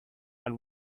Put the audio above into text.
and